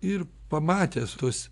ir pamatęs tuos